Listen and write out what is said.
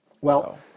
well-